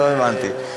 לא הבנתי.